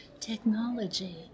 technology